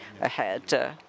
ahead